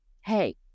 Hey